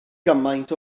gymaint